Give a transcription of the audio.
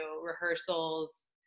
rehearsals